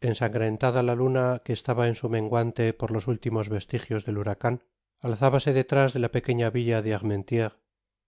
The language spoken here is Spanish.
ensangrentada la luna que estaba en su menguante por los últimos vestigios del huracan alzábase detrás de la pequeña villa de armentieres